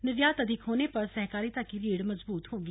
निर्यात अधिक होने पर सहकारिता की रीढ़ मजबूत होगी